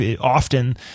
often